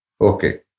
Okay